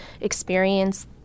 experience